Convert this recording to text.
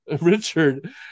Richard